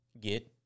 get